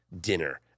dinner